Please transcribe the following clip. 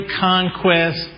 conquest